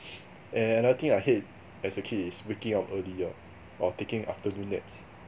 and another thing that I hate as a kid is waking up early ah or taking afternoon naps